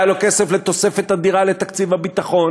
היה לו כסף לתוספת אדירה לתקציב הביטחון,